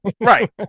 right